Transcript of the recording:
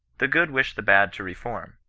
the good wish the bad to reform.